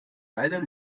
leider